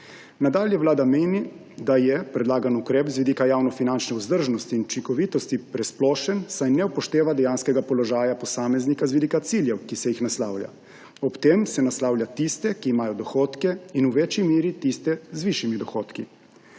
Nadalje vlada meni, da je predlagan ukrep z vidika javnofinančne vzdržnosti in učinkovitosti presplošen, saj ne upošteva dejanskega položaja posameznika z vidika ciljev, ki se jih naslavlja. Ob tem se naslavlja tiste, ki imajo dohodke, in v večji meri tiste z višji dohodki.